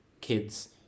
kids